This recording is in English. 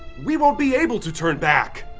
we won't be able to turn back!